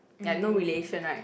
ya no relation right